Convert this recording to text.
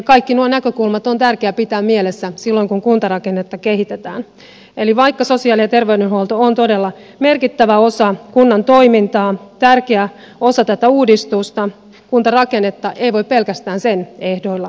kaikki nuo näkökulmat on tärkeää pitää mielessä silloin kun kuntarakennetta kehitetään eli vaikka sosiaali ja terveydenhuolto on todella merkittävä osa kunnan toimintaa tärkeä osa tätä uudistusta kuntarakennetta ei voi pelkästään sen ehdoilla suunnitella